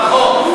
נכון.